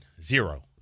Zero